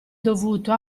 dovuto